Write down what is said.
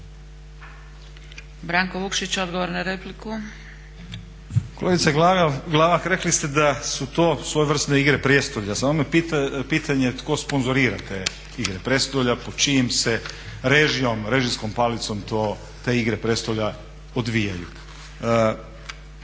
Branko (Nezavisni)** Kolegice Glavak, rekli ste da su to svojevrsne igre prijestolja, samo je pitanje tko sponzorira te igre prijestolja, pod čijom se režijom, režijskom palicom te igre prijestolja odvijaju.